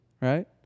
Right